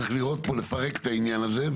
צריך לראות פה ולפרק את העניין הזה,